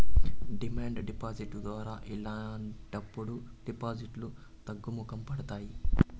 demand deposit ద్వారా ఇలాంటప్పుడు డిపాజిట్లు తగ్గుముఖం పడతాయి